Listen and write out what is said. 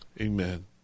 amen